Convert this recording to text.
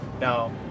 Now